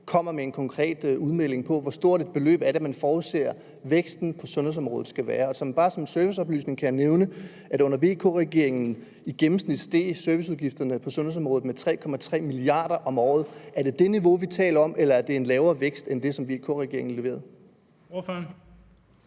kommer med en konkret udmelding på, hvor stort et beløb man forudser væksten på sundhedsområdet skal være. Og bare som en serviceoplysning kan jeg nævne, at under VK-regeringen steg serviceudgifterne på sundhedsområdet i gennemsnit med 3,3 mia. kr. om året. Er det det niveau, vi taler om, eller er det en lavere vækst end den, som VK-regeringen leverede?